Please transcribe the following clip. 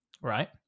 right